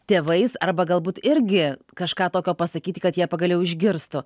tėvais arba galbūt irgi kažką tokio pasakyti kad jie pagaliau išgirstų